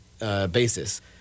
basis